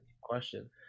Question